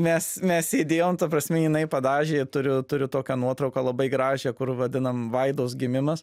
mes mes sėdėjom ta prasme jinai padažė turiu turiu tokią nuotrauką labai gražią kur vadinam vaidos gimimas